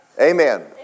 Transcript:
Amen